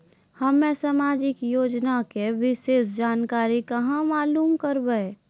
हम्मे समाजिक योजना के विशेष जानकारी कहाँ मालूम करबै?